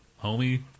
homie